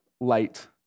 light